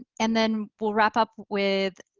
and then we'll wrap up with